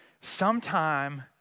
sometime